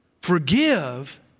Forgive